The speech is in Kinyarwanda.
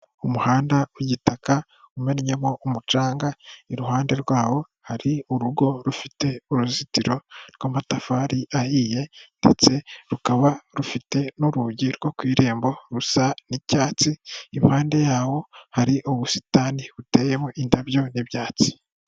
Umuhanda w'igitaka umennyemo umucanga, iruhande rwawo hari urugo rufite uruzitiro rw'amatafari ahiye ndetse rukaba rufite n'urugi rwo ku irembo rusa n'icyatsi, impande yawo hari ubusitani buteyemo indabyo n'ibyatsi.